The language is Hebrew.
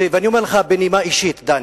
ואני אומר לך בנימה אישית, דני,